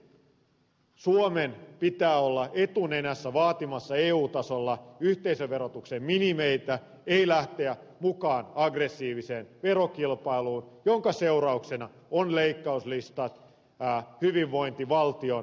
sen vuoksi suomen pitää olla etunenässä vaatimassa eu tasolla yhteisöverotuksen minimeitä ei lähtemässä mukaan aggressiiviseen verokilpailuun jonka seurauksena ovat leikkauslistat hyvinvointivaltion kapeneminen